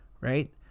Right